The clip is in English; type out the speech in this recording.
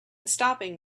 stopping